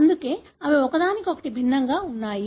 అందుకే అవి ఒకదానికొకటి భిన్నంగా ఉంటాయి